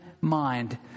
mind